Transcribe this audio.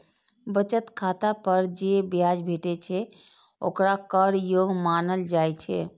बचत खाता पर जे ब्याज भेटै छै, ओकरा कर योग्य मानल जाइ छै